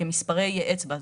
כמספרי אצבע,